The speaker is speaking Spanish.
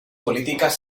políticas